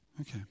Okay